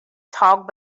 talk